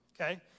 Okay